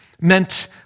meant